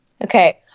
Okay